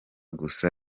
gusa